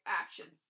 action